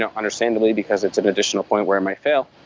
ah understandably because it's an additional point where i might fail.